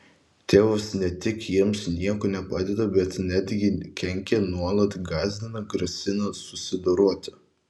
tėvas ne tik jiems niekuo nepadeda bet netgi kenkia nuolat gąsdina grasina susidoroti